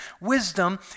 Wisdom